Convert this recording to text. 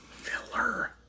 filler